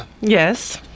Yes